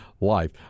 life